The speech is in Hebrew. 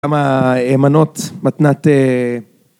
כמה מנות מתנת...